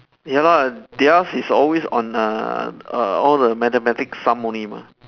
ya lah theirs is always on uh err all the mathematics sum only mah